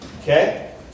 okay